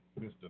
Mr